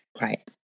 right